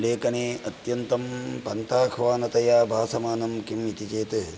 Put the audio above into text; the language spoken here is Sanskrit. लेखने अत्यन्तं पन्ताह्वानतया भासमानं किम् इति चेत्